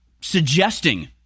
suggesting